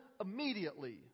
immediately